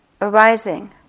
arising